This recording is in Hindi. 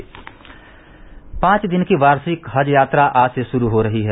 से मे पांच दिन की वार्षिक हज यात्रा आज से शुरू हो रही है